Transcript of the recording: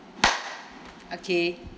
okay